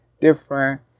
different